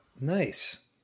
nice